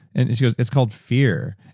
and she goes it's called fear.